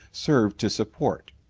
served to support.